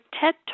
TED